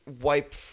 wipe